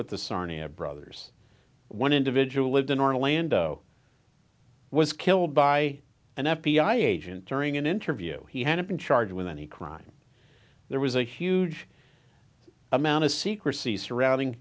sarnia brothers one individual lived in orlando was killed by an f b i agent during an interview he hadn't been charged with any crime there was a huge amount of secrecy surrounding